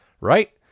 right